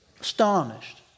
astonished